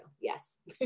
Yes